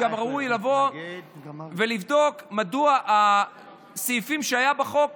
גם ראוי לבוא ולבדוק מדוע הסעיפים שהיה בחוק